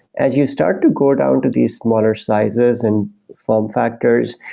as you start to go down to these smaller sizes and form factors,